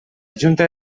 junta